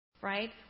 Right